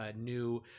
new